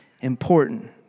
important